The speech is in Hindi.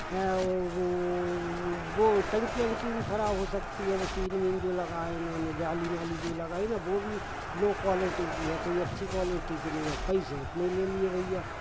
हाँ वो वो टंकी वंकी भी खराब हो सकती है वो टीन वीन जो लगाए उन्होंने जाली माली जो लगाई ना वो भी लो क्वालिटी की है कोई अच्छी क्वालिटी की नहीं है और पैसे उतने ही ले लिए भैया